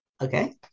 Okay